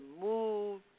move